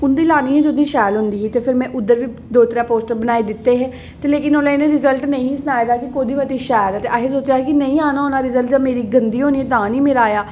उं'दी लानी ही जिं'दी शैल होंदी ही ते फिर में उद्धर ई दो त्रै पोस्टर बनाई दित्ते हे जिसलै इ'नें रिजल्ट नेईं हा सनाए दा कोह्दी मती शैल ऐ असें सोचेआ कि नेईं आना होना रिजल्ट मेरी गंदी होनी ऐ तां निं मेरा आया